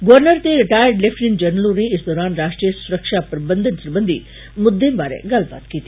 governor ते retired lieutenant general होरें इस दौरान राष्ट्रीय सुरक्षा प्रबंधन सरबंधित मुद्दें बारै गल्लबात कीती